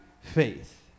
faith